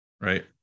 right